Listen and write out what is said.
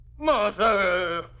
Mother